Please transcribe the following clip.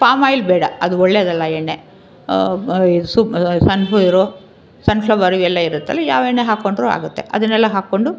palm oil ಬೇಡ ಅದು ಒಳ್ಳೇದಲ್ಲ ಎಣ್ಣೆ ಈ ಸು ಸನ್ಫ್ಯೂರು ಸನ್ಫ್ಲವರು ಇವೆಲ್ಲ ಇರುತ್ತಲ್ಲ ಯಾವ ಎಣ್ಣೆ ಹಾಕ್ಕೊಂಡರೂ ಆಗುತ್ತೆ ಅದನ್ನೆಲ್ಲ ಹಾಕ್ಕೊಂಡು